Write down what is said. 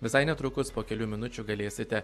visai netrukus po kelių minučių galėsite